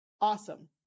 awesome